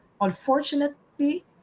unfortunately